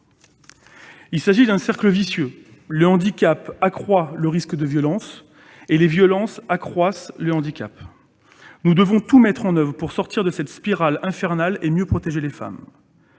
Il s'agit d'un cercle vicieux : le handicap accroît le risque de violence, les violences accroissent le handicap. Nous devons tout mettre en oeuvre pour sortir de cette spirale infernale et mieux protéger les femmes.